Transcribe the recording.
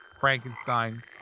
Frankenstein